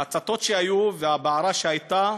ההצתות שהיו, הבעירה שהייתה